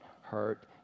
hurt